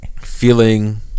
feeling